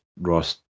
Ross